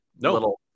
no